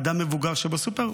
אדם מבוגר בסופר?